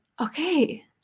okay